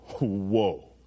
whoa